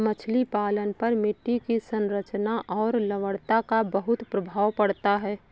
मछली पालन पर मिट्टी की संरचना और लवणता का बहुत प्रभाव पड़ता है